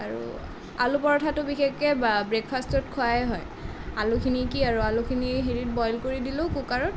আৰু আলু পৰঠাটো বিশেষকৈ ব্ৰেকফাষ্টত খোৱাই আলুখিনি কি আৰু আলুখিনি হেৰিত বইল কৰি দিলোঁ কুকাৰত